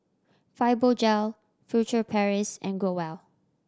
Fibogel Furtere Paris and Growell